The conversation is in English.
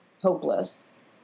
hopeless